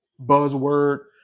buzzword